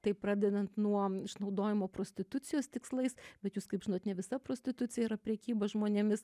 tai pradedant nuo išnaudojimo prostitucijos tikslais bet jūs kaip žinot ne visa prostitucija yra prekyba žmonėmis